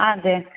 അതെ